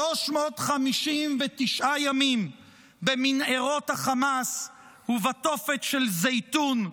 359 ימים במנהרות החמאס ובתופת של זיתון,